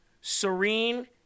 Serene